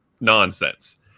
nonsense